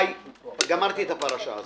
גמרתי את הפרשה הזו.